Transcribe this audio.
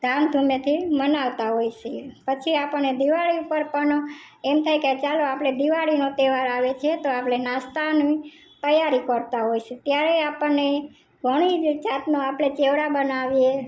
ધામ ધુમેથી મનાવતા હોઈ સીએ પછી આપણને દિવાળી પર પનો એમ થાય કે ચાલો આપણે દિવાળીનો તહેવાર આવે છે તો આપણે નાસ્તાની તૈયારી કરતાં હોય સી ત્યારે આપણને ઘણી જ જાતનું આપણે ચેવડા બનાવીએ